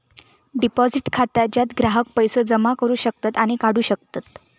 deposit खाता ज्यात ग्राहक पैसो जमा करू शकतत आणि काढू शकतत